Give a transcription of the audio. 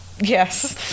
yes